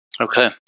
Okay